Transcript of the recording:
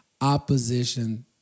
opposition